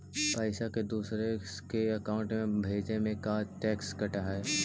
पैसा के दूसरे के अकाउंट में भेजें में का टैक्स कट है?